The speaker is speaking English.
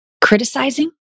criticizing